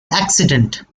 accident